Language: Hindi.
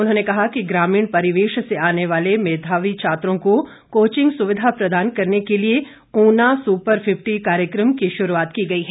उन्होंने कहा कि ग्प्रमीण परिवेश से आने वाले मेघावी छात्रों को कोचिंग सुविधा प्रदान करने के लिए उना सुपर फिफ्टी कार्यक्रम की शुरूआत की गई है